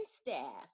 staff